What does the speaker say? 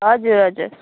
हजुर हजुर